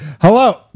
Hello